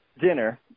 dinner